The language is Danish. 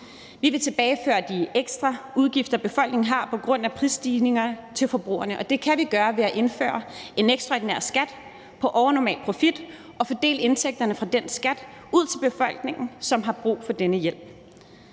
Vi vil tilbageføre det ekstra, befolkningen har af udgifter på grund af prisstigninger, til forbrugerne, og det kan vi gøre ved at indføre en ekstraordinær skat på overnormal profit og fordele indtægterne fra den skat ud til befolkningen, som har brug for denne hjælp.